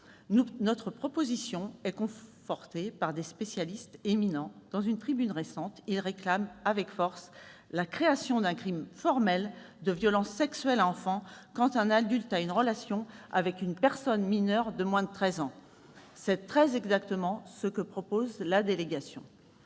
Notre proposition est confortée par des spécialistes éminents. Dans une tribune récente, ils « réclament avec force la création d'un crime formel de violences sexuelles à enfants quand un adulte a une relation avec une personne mineure de moins de treize ans ». C'est très exactement ce que propose la délégation